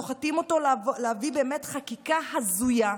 סוחטים אותו להביא חקיקה באמת הזויה,